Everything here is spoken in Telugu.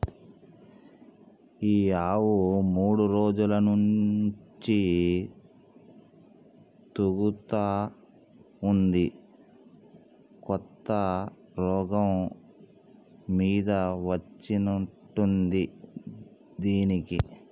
ఈ ఆవు మూడు రోజుల నుంచి తూగుతా ఉంది కొత్త రోగం మీద వచ్చినట్టుంది దీనికి